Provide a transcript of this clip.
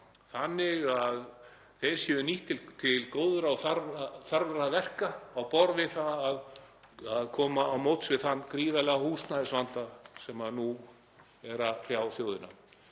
þannig að þeir séu nýttir til góðra og þarfra verka á borð við það að koma til móts við þann gríðarlega húsnæðisvanda sem nú er að hrjá þjóðina.